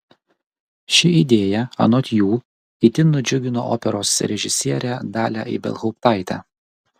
ši idėja anot jų itin nudžiugino operos režisierę dalią ibelhauptaitę